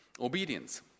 Obedience